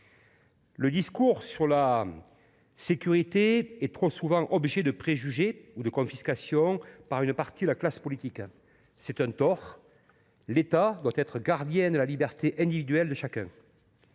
Le discours sur la sécurité est trop souvent l’objet de préjugés ou de confiscations par une partie de la classe politique. C’est un tort : l’État doit être le gardien de la liberté individuelle de chacun.